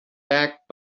backed